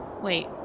wait